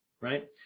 right